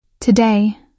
Today